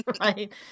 right